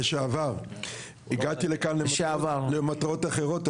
הגעתי לכאן למטרות אחרות,